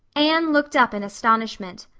anne looked up in astonishment.